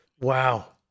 Wow